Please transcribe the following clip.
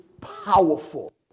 powerful